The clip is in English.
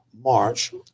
March